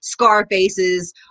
Scarfaces